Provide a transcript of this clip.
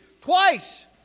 twice